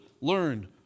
learn